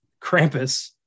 Krampus